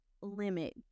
limit